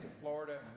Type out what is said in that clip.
Florida